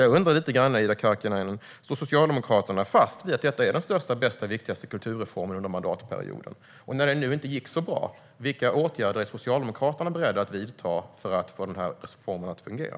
Jag undrar lite grann, Ida Karkiainen, om Socialdemokraterna står fast vid att detta är den största, bästa och viktigaste kulturreformen under mandatperioden. Och när det nu inte gick så bra, vilka åtgärder är Socialdemokraterna beredda att vidta för att få reformen att fungera?